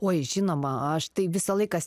oi žinoma aš tai visą laiką